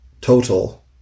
total